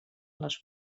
les